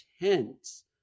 intense